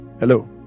Hello